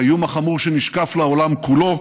האיום החמור שנשקף לעולם כולו,